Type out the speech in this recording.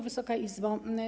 Wysoka Izbo!